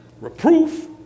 reproof